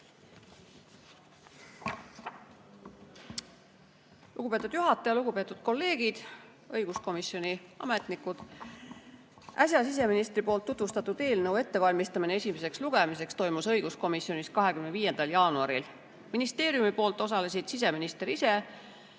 Lugupeetud juhataja! Lugupeetud kolleegid! Õiguskomisjoni ametnikud! Äsja siseministri poolt tutvustatud eelnõu ettevalmistamine esimeseks lugemiseks toimus õiguskomisjonis 25. jaanuaril. Ministeeriumi poolt osalesid siseminister ise,